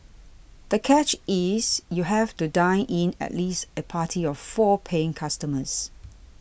the catch is you have to dine in at least a party of four paying customers